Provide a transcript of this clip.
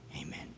Amen